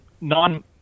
non